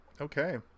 Okay